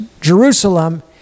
Jerusalem